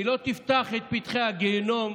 היא לא תפתח את פתחי הגיהינום,